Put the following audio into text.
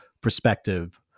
perspective